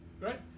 right